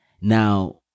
now